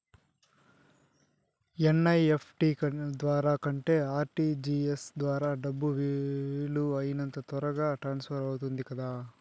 NEFT ద్వారా కంటే RTGS ద్వారా డబ్బు వీలు అయినంత తొందరగా ట్రాన్స్ఫర్ అవుతుంది కదా